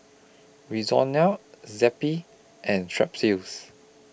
Zappy and Strepsils